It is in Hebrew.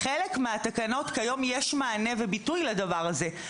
בחלק מהתקנות כיום יש מענה וביטוי לדבר הזה,